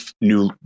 new